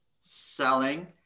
selling